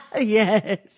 yes